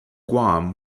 guam